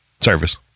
service